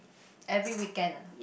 every weekend ah